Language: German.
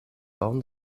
bauen